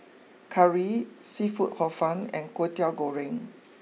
Curry Seafood Hor fun and Kway Teow Goreng